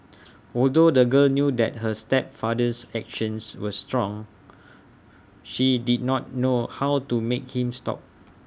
although the girl knew that her stepfather's actions were strong she did not know how to make him stop